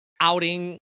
outing